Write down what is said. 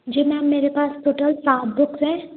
जी ma'am मेरे पास total सात बुक्स हैं